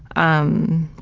um,